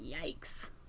Yikes